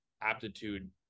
aptitude